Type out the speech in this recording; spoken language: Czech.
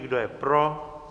Kdo je pro?